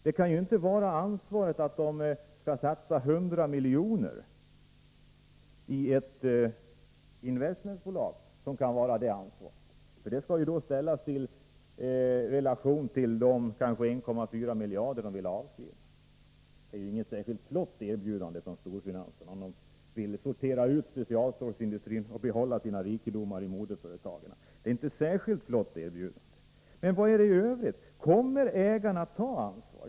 Det kan ju inte vara ansvaret att satsa 100 milj.kr. i ett investmentbolag. Detta skall ställas i relation till kanske 1,4 miljarder som företagen vill avskriva. Det är inget särskilt flott erbjudande från storfinansen, om man vill sortera ut specialstålsindustrin och behålla sina rikedomar i moderföretagen. Men hur är det i övrigt? Kommer ägarna att ta ansvaret?